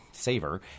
saver